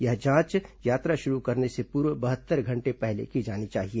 यह जांच यात्रा शुरू करने से पूर्व बहत्तर घंटे पहले की जानी चाहिए